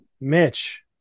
Mitch